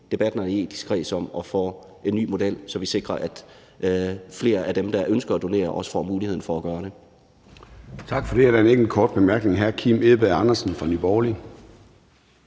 debatten, også i den etiske kreds, om at få en ny model, så vi sikrer, at flere af dem, der ønsker at donere, også får muligheden for at gøre det. Kl. 10:51 Formanden (Søren Gade): Tak for det. Og der er en enkelt kort bemærkning fra hr. Kim Edberg Andersen fra Nye Borgerlige.